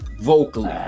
Vocally